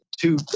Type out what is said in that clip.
two